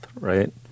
right